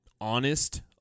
honest